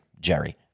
Jerry